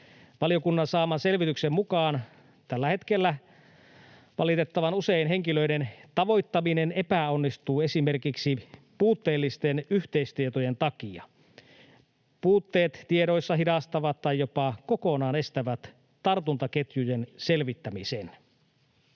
Valiokunnan saaman selvityksen mukaan tällä hetkellä valitettavan usein henkilöiden tavoittaminen epäonnistuu esimerkiksi puutteellisten yhteystietojen takia. Puutteet tiedoissa hidastavat tai jopa kokonaan estävät tartuntaketjujen selvittämisen.